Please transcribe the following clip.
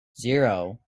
zero